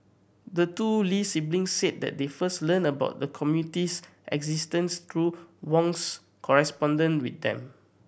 the two Lee siblings said that they first learned about the committee's existence through Wong's correspondence with them